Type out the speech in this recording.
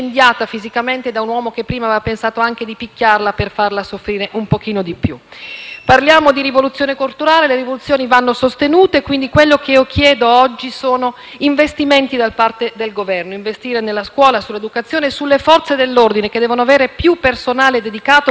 Parliamo di rivoluzione culturale e le rivoluzioni vanno sostenute e, quindi, ciò che chiedo oggi sono investimenti dal parte del Governo: nella scuola, sull'educazione e sulle Forze dell'ordine, che devono avere più personale dedicato e formato per essere adeguato a intervenire. *(Applausi dal Gruppo FI-BP e della